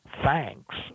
thanks